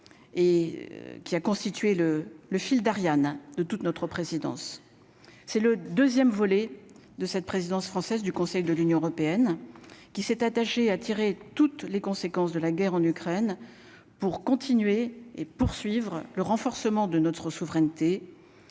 et qui a constitué le le fil d'Ariane de toute notre présidence, c'est le 2ème volet de cette présidence française du Conseil de l'Union européenne qui s'est attaché à tirer toutes les conséquences de la guerre en Ukraine pour continuer et poursuivre le renforcement de notre souveraineté